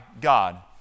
god